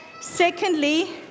Secondly